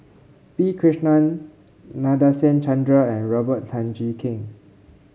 P Krishnan Nadasen Chandra and Robert Tan Jee Keng